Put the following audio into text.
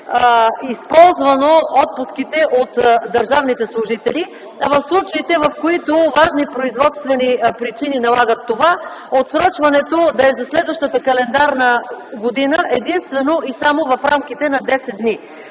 използвани отпуските от държавните служители, а в случаите, когато важни производствени причини налагат това, отсрочването да е за следващата календарна година единствено и само в рамките на 10 дни.